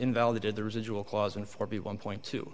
invalidated the residual clause and forty one point two